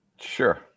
Sure